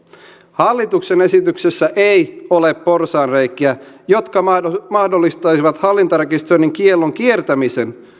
hallituksen esityksessä ei ole porsaanreikiä jotka mahdollistaisivat hallintarekisteröinnin kiellon kiertämisen